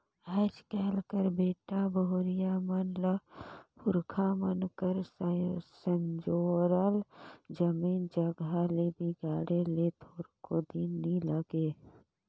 आएज काएल कर बेटा बहुरिया मन ल पुरखा मन कर संजोरल जमीन जगहा ल बिगाड़े ले थोरको दिन नी लागे